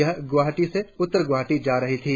यह गुवाहाटी से उत्तर गुवाहाटी जा रही थी